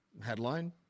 headline